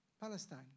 Palestine